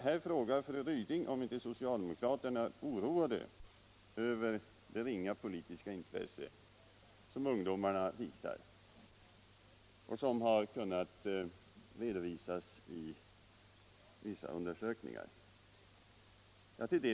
Här frågar fru Ryding om inte socialdemokraterna är oroade över det ringa politiska intresse hos ungdomarna som har redovisats i vissa undersökningar.